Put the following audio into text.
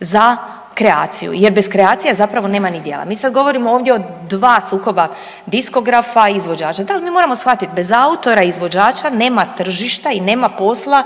za kreaciju, jer bez kreacije zapravo nema niti djela. Mi sada govorimo ovdje o dva sukoba diskografa i izvođača. Da, ali mi moramo shvatiti bez autora izvođača nema tržišta, i nema posla